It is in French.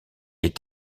est